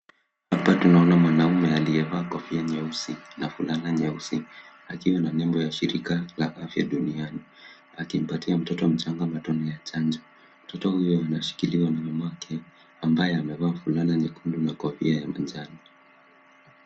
Hapa tunaona mwanaume aliyevaa kofia nyeusi na fulana nyeusi akiwa na nembo ya shirika la afya duniani akimpatia mtoto mchanga matone ya chanjo. Mtoto huyo anashikiliwa na mamake ambaye amevaa fulana nyekundu na kofia ya manjano.